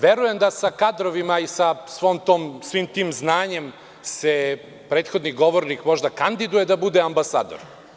Verujem da sa kadrovima i da sa svim tim znanjem se prethodni govornik možda kandiduje da bude ambasador.